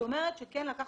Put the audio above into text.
מי שתלד